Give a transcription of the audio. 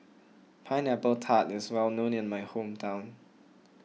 Pineapple Tart is well known in my hometown